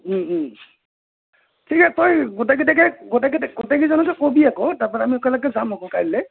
ঠিক আ তই গোটেই কেইটাকে গোটেই কেইটা গোটেই কেইজনকে ক'বি আক তাৰ পৰা আমি একেলগে যাম আক কাইলৈ